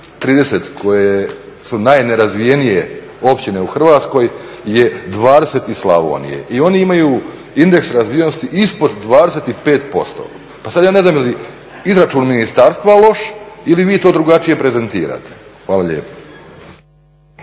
30 koje su najnerazvijenije općine u Hrvatskoj je 20 iz Slavonije i one imaju indeks razvijenosti ispod 25%. Pa sada ja ne znam jeli izračun ministarstva loš ili vi to drugačije prezentirate? Hvala lijepo.